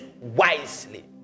wisely